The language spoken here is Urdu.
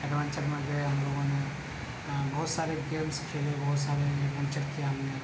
ایڈونچر میں گئے ہم لوگوں نے بہت سارے گیمس کھیلے بہت سارے ایڈونچر کیا ہم نے